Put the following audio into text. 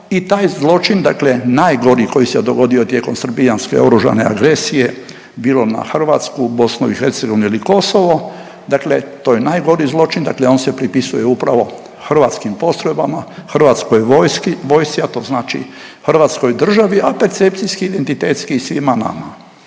i taj zločin dakle najgori koji se dogodio tijekom srbijanske oružane agresije, bilo na Hrvatsku, BIH ili Kosovo dakle to je nagori zločin, dakle on se pripisuje upravo hrvatskim postrojbama, Hrvatskoj vojci, a to znači Hrvatskoj državi, a percepcijski identitetski i svima nama.